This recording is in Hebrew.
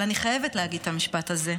אבל אני חייבת להגיד את המשפט הזה,